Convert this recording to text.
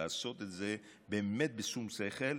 לעשות את זה באמת בשום שכל,